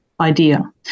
idea